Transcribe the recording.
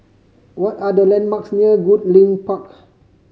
what are the landmarks near Goodlink Park